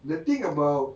the thing about